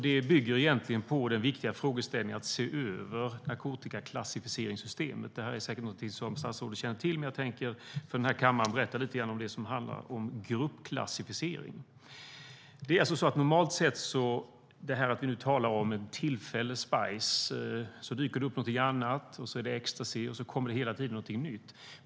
Det bygger på den viktiga frågeställningen att se över narkotikaklassificeringssystemet. Det är säkert något som statsrådet känner till, men jag tänkte för kammaren berätta lite grann om det som handlar om gruppklassificering. Nu talar vi om en tillfällig spice, sedan dyker det upp något annat, så är det ecstasy - det kommer hela tiden något nytt.